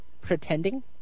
Pretending